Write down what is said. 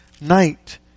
night